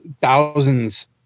thousands